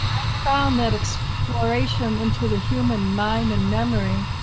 i found that exploration into the human mind and memory,